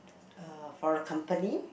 uh for a company